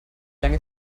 lange